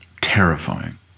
Terrifying